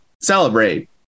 celebrate